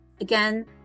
Again